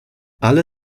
alle